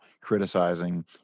criticizing